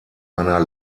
einer